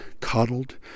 coddled